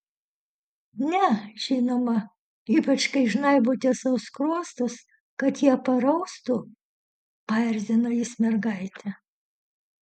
ne žinoma ypač kai žnaibote sau skruostus kad jie paraustų paerzino jis mergaitę